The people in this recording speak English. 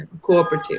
cooperative